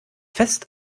fest